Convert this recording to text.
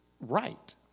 right